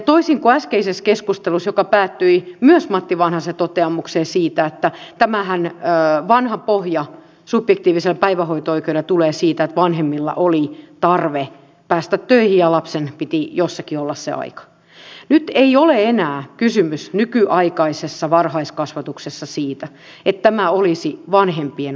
toisin kuin äskeisessä keskustelussa joka päättyi myös matti vanhasen toteamukseen siitä että tämä vanha pohja subjektiiviselle päivähoito oikeudellehan tulee siitä että vanhemmilla oli tarve päästä töihin ja lapsen piti jossakin olla se aika nyt ei ole enää nykyaikaisessa varhaiskasvatuksessa kysymys siitä että tämä olisi vanhempien oikeus